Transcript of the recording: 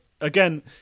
again